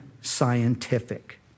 scientific